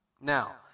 Now